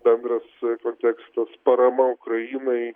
bendras kontekstas parama ukrainai